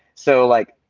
so like,